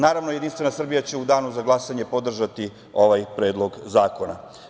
Naravno, Jedinstvena Srbija će u danu za glasanje podržati ovaj Predlog zakona.